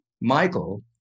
Michael